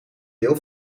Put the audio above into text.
deel